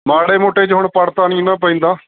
ਮਾੜੇ ਮੋਟੇ 'ਚ ਹੁਣ ਪੜਤਾ ਨਹੀਂ ਨਾ ਪੈਂਦਾ